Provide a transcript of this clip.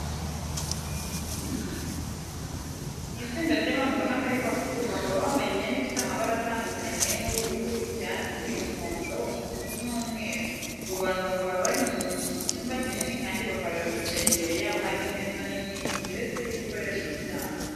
Ni itsinda ry'abantu ubona ko ari bakuru, bakaba bambaye imyenda ifite amabara atandukanye nk'ubururu, icyatsi, umuhondo, umutuku n'umweru. Abo bantu bakaba bari mu cyumba kinini kandi bakaba bicaye, imbere yabo hari imeza nini ziteretseho ibikoresho byabo.